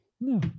No